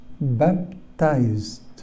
baptized